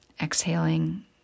exhaling